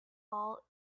all